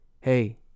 hey